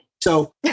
So-